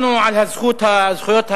מישהו אומר עליך לשון הרע אתה